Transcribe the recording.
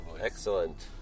Excellent